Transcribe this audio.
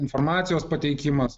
informacijos pateikimas